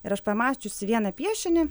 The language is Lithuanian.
ir aš pamačiusi vieną piešinį